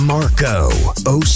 Marco